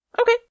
Okay